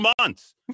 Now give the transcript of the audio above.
months